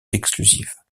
exclusives